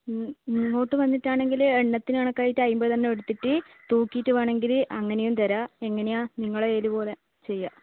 ഇങ്ങോട്ട് വന്നിട്ട് ആണെങ്കിൽ എണ്ണത്തിന് കണക്കായിട്ട് അയിമ്പത് എണ്ണം എടുത്തിട്ട് തൂക്കിയിട്ട് വേണമെങ്കിൽ അങ്ങനെയും തരാം എങ്ങനെയാണ് നിങ്ങളെ ഏലുപോലെ ചെയ്യാം